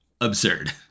absurd